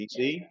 DC